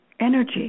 energy